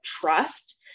trust